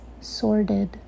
sordid